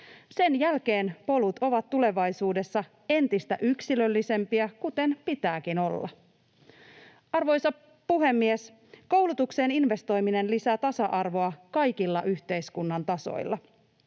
Sen jälkeen polut ovat tulevaisuudessa entistä yksilöllisempiä, kuten pitääkin olla. Arvoisa puhemies! Koulutukseen investoiminen lisää tasa-arvoa kaikilla yhteiskunnan tasoilla.